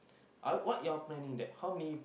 I what you all planning that how many